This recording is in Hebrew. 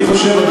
אני חושב,